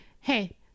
hey